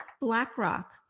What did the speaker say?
BlackRock